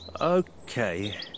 Okay